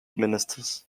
ministers